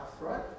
right